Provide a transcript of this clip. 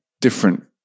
different